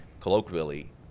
colloquially